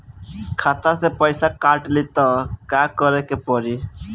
खाता से पैसा काट ली त का करे के पड़ी?